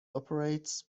operates